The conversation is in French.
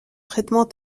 traitement